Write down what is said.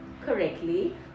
correctly